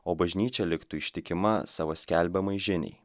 o bažnyčia liktų ištikima savo skelbiamai žiniai